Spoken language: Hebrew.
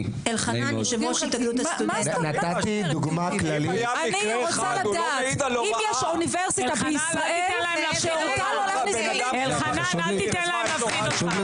אני רוצה לדעת אם יש אוניברסיטה בישראל שהורתה לא להכניס דגלים.